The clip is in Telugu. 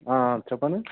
చెప్పండి